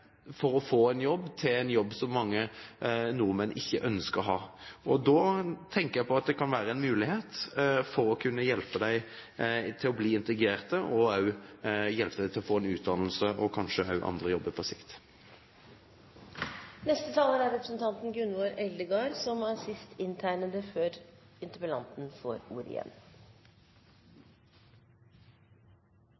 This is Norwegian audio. ikke ønsker å ha. Da tenker jeg at det kan være en mulighet for å kunne hjelpe dem til å bli integrert, og også hjelpe dem til å få en utdannelse og kanskje også andre jobber på sikt. Fyrst vil eg takka interpellanten for at han tek opp eit spesielt viktig tema, nemleg forholda i reinhaldsbransjen. Dette er